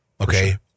Okay